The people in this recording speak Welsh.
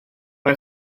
mae